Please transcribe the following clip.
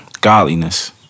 godliness